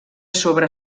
sobre